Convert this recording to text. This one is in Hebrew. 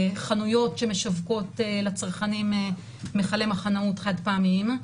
חנויות שמשווקות לצרכנים מכליי מחנאות חד פעמיים,